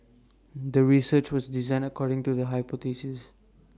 the research was designed according to the hypothesis